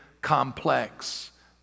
complex